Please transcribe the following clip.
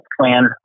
plan